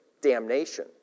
damnation